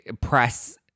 press